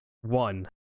one